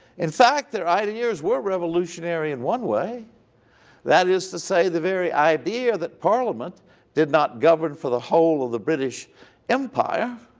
in fact, their ideas were revolutionary in one way that is to say the very idea that parliament did not govern for the whole of the british empire